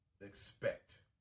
expect